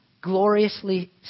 gloriously